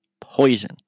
poison